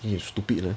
and you stupid leh